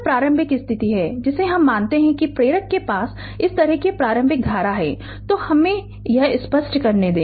तो यह प्रारंभिक स्थिति है जिसे हम मानते हैं कि प्रेरक के पास इस तरह की प्रारंभिक धारा है तो हमे यह स्पष्ट करने दें